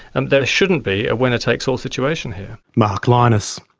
and there shouldn't be a winner-takes-all situation here. mark lynas.